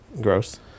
Gross